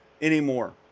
anymore